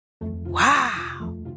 wow